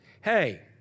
hey